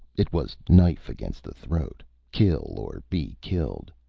it was knife against the throat, kill or be killed.